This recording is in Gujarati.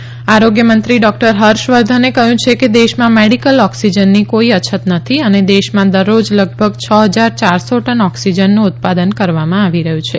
ત આરોગ્યમંત્રી ડૉક્ટર ફર્ષવર્ધને કહ્યું છે કે દેશમાં મેડીકલ ઓક્સીજનની કોઈ અછત નથી અને દેશમાં દરરોજ લગભગ છ હજાર ચારસો ટન ઓક્સીજનનું ઉત્પાદન કરવામાં આવી રહ્યું છે